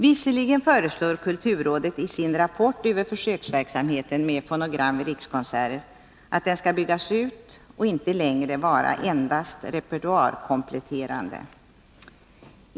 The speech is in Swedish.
Visserligen föreslår kulturrådet i sin rapport över försöksverksamheten med fonogram vid Rikskonserter att den skall byggas ut och inte längre vara endast repertoarkompletterande.